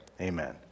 Amen